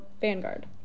Vanguard